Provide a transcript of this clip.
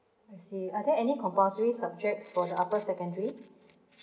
I see are there any compulsory subjects for the upper secondary